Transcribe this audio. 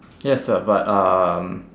yes sir but um